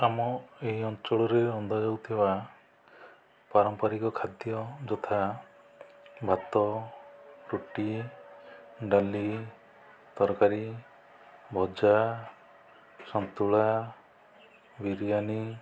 ଆମ ଏହି ଅଞ୍ଚଳରେ ରନ୍ଧା ଯାଉଥିବା ପାରମ୍ପରିକ ଖାଦ୍ୟ ଯଥା ଭାତ ରୁଟି ଡାଲି ତରକାରୀ ଭଜା ସନ୍ତୁଳା ବିରିୟାନି